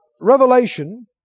Revelation